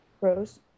Rose